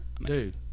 Dude